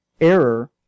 Error